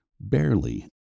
barely